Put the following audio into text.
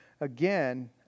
again